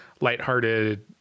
lighthearted